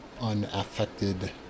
unaffected